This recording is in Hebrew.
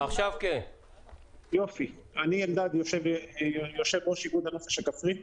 אני בא מן הענף הכפרי,